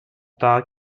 star